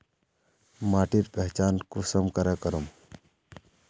माटिर पहचान कुंसम करे करूम?